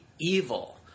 evil